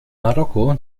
marokko